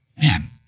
man